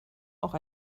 auch